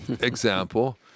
example